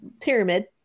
pyramid